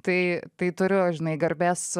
tai tai turiu žinai garbės